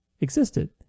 existed